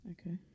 Okay